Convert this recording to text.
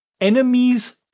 enemies